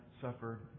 suffered